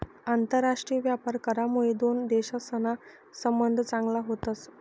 आंतरराष्ट्रीय व्यापार करामुये दोन देशसना संबंध चांगला व्हतस